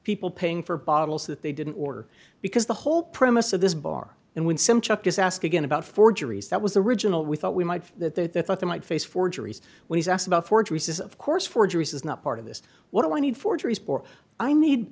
people paying for bottles that they didn't order because the whole premise of this bar and when simchat just ask again about forgeries that was the original we thought we might that they thought they might face forgeries when he's asked about forgeries of course forgeries is not part of this what do i need forgeries for i need